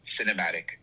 cinematic